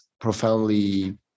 profoundly